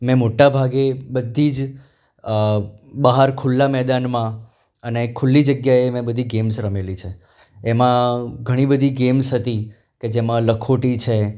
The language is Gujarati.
મેં મોટા ભાગે બધી જ બહાર ખુલ્લા મેદાનમાં અને ખુલ્લી જગ્યાએ મેં બધી ગેમ્સ રમેલી છે એમાં ઘણી બધી ગેમ્સ હતી કે જેમાં લખોટી છે